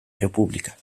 república